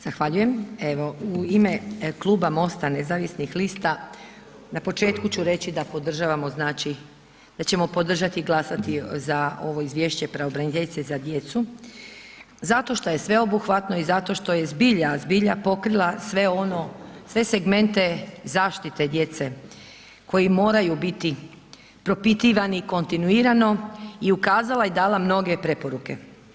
Zahvaljujem evo, u ime kluba MOST-a nezavisnih lista na početku ću reći da ćemo podržati i glasati za ovo izvješće pravobraniteljice za djecu zato što je sveobuhvatno i zato što je zbilja, zbilja pokrila sve ono, sve segmente zaštite djece koji moraju biti propitivani kontinuirano i ukazala i dala mog preporuke.